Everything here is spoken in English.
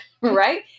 right